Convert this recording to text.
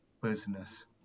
business